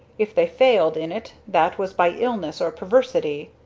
if they failed in it that was by illness or perversity.